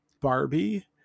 Barbie